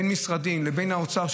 בין משרדים לבין האוצר,